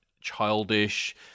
childish